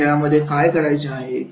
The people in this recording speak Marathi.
या खेळामध्ये काय करायचे आहे